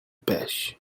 pêchent